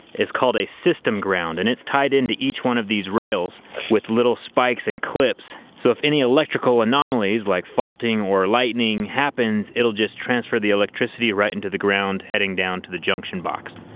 it's called a system ground, and it's tied into each one of these rails with little spikes and clips, so if any electrical anomalies like faulting or lightning happens, it'll just transfer the electricity right into the ground heading down to the junction box.